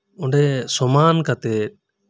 ᱚᱸᱰᱮ ᱥᱚᱢᱟᱱ ᱠᱟᱛᱮᱜ